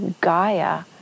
Gaia